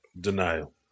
Denial